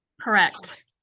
correct